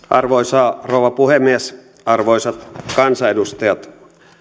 arvoisa rouva puhemies arvoisat kansanedustajat